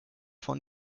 von